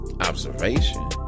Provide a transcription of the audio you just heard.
observation